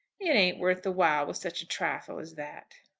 it ain't worth the while with such a trifle as that.